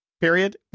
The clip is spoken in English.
Period